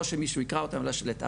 לא שמישהו יקרא אותם לתעדף,